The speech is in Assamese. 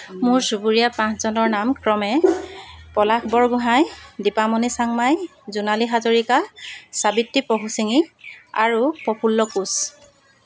মোৰ চুবুৰীয়া পাঁচজনৰ নাম ক্ৰমে পলাশ বৰগোঁহাই দীপামণি চাংমাই জোনালী হাজৰিকা চাবিত্ৰী পহুচিঙি আৰু প্ৰফুল্ল কোঁচ